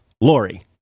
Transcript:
Lori